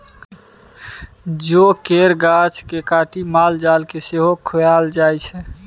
जौ केर गाछ केँ काटि माल जाल केँ सेहो खुआएल जाइ छै